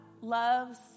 loves